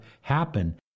happen